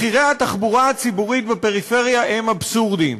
מחירי התחבורה הציבורית בפריפריה הם אבסורדיים.